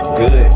good